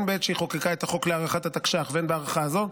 הן בעת שהיא חוקקה את החוק להארכת התקש"ח והן בהארכה הזו,